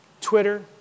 Twitter